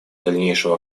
дальнейшего